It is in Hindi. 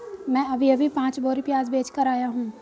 मैं अभी अभी पांच बोरी प्याज बेच कर आया हूं